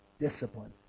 discipline